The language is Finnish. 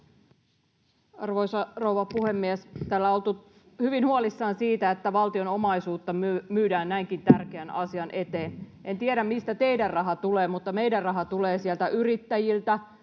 Arvoisa rouva puhemies! Täällä on oltu hyvin huolissaan siitä, että valtion omaisuutta myydään näinkin tärkeän asian eteen. En tiedä, mistä teidän raha tulee, mutta meidän raha tulee yrittäjiltä,